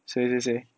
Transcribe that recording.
谁谁谁